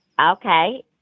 Okay